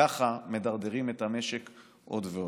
וככה מדרדרים את המשק עוד ועוד.